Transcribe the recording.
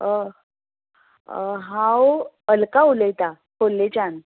हांव अल्का उलयतां खोल्लेच्यान